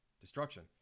destruction